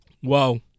whoa